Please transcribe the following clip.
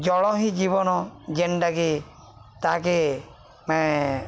ଜଳ ହିଁ ଜୀବନ ଯେନ୍ଟାକି ତାହାକେ